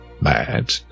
mad